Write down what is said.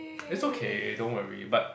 it's okay don't worry but